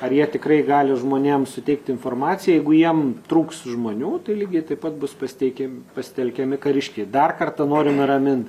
ar jie tikrai gali žmonėms suteikti informaciją jeigu jiem trūks žmonių tai lygiai taip pat bus pasiteikiam pasitelkiami kariškiai dar kartą noriu nuramint